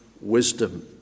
wisdom